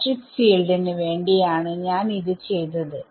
electric field ന് വേണ്ടിയാണ് ഞാൻ ഇത് ചെയ്തത്